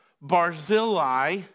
Barzillai